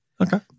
Okay